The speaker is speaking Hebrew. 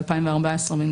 ב-2014.